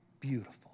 beautiful